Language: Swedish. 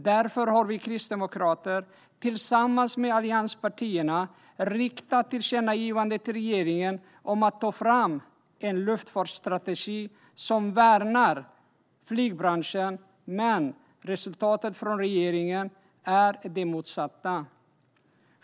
Därför har vi kristdemokrater tillsammans med allianspartierna riktat ett tillkännagivande till regeringen om att ta fram en luftfartstrategi som värnar flygbranschen, men resultatet från regeringen är det motsatta.